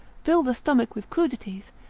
fill the stomach with crudities,